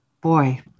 boy